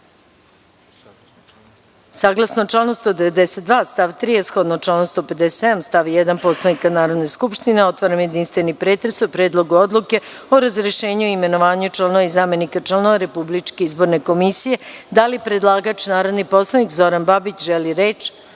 članu 192. stav 3. a shodno članu 157. stav 1. Poslovnika Narodne skupštine, otvaram jedinstveni pretres o Predlogu odluke o razrešenju i imenovanju članova i zamenika članova Republičke izborne komisije. Da li predlagač, narodni poslanik Zoran Babić, želi reč?